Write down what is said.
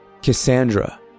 Cassandra